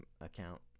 account